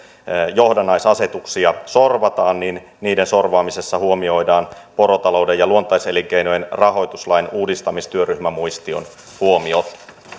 johdannaisasetuksia sorvataan niiden niiden sorvaamisessa huomioidaan porotalouden ja luontaiselinkeinojen rahoituslain uudistamistyöryhmän muistion huomiot